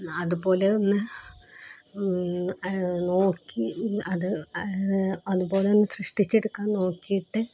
അതുപോലെയൊന്ന് നോക്കി അത് അതുപോലെയൊന്ന് സൃഷ്ടിച്ചെടുക്കാൻ നോക്കിയിട്ട്